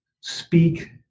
speak